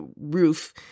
roof